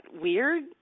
weird